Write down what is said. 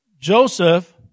Joseph